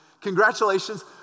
Congratulations